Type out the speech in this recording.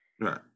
Right